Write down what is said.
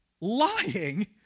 lying